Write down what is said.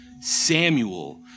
Samuel